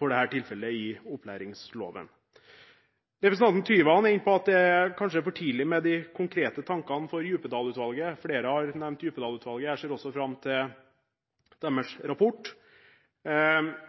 for dette tilfellet i opplæringsloven. Representanten Tyvand er inne på at det kanskje er for tidlig med de konkrete tankene, og at man må vente på Djupedal-utvalget. Flere har nevnt Djupedal-utvalget, og jeg ser også fram til deres rapport.